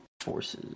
Forces